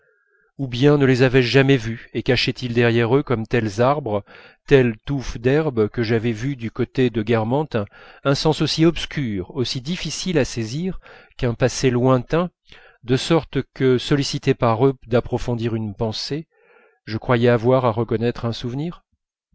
ou bien ne les avais-je jamais vus et cachaient ils derrière eux comme tels arbres telle touffe d'herbe que j'avais vus du côté de guermantes un sens aussi obscur aussi difficile à saisir qu'un passé lointain de sorte que sollicité par eux d'approfondir une pensée je croyais avoir à reconnaître un souvenir